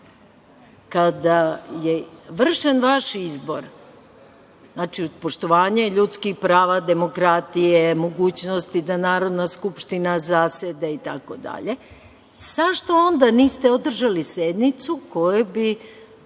kada je vršen vaš izbor, znači uz poštovanje ljudskih prava, demokratije, mogućnosti da Narodna skupština zaseda itd, zašto onda niste održali sednicu kojoj bi